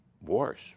wars